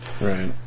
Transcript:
Right